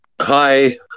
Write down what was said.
hi